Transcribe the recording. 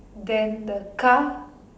then the car